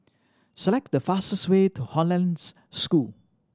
select the fastest way to Hollandse School